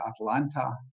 Atlanta